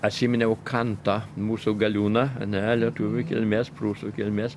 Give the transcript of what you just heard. atsiminiau kantą mūsų galiūną ane lietuvių kilmės prūsų kilmės